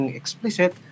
explicit